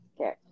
Okay